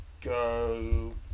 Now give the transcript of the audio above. go